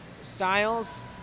styles